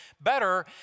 better